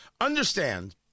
Understand